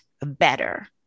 better